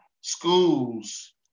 schools